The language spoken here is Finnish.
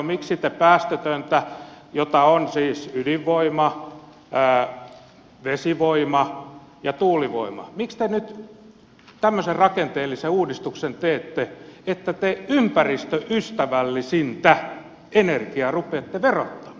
miksi te päästötöntä energiaa jota on siis ydinvoima vesivoima ja tuulivoima miksi te tämmöisen rakenteellisen uudistuksen teette että te ympäristöystävällisintä energiaa rupeatte verottamaan